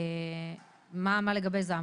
מה לגבי זה?